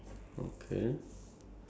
ya ya next question